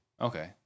okay